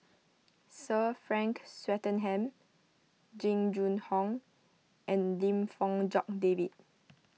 Sir Frank Swettenham Jing Jun Hong and Lim Fong Jock David